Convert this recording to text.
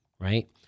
right